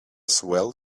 swell